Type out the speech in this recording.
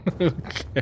Okay